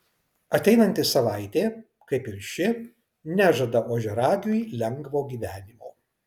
ateinanti savaitė kaip ir ši nežada ožiaragiui lengvo gyvenimo